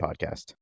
podcast